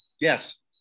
yes